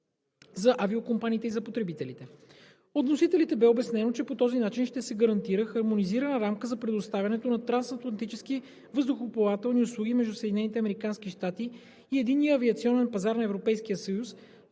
за авиокомпаниите и за потребителите. От вносителите бе обяснено, че по този начин ще се гарантира хармонизирана рамка за предоставянето на трансатлантически въздухоплавателни услуги между Съединените американски щати и Единния авиационен пазар на Европейския съюз,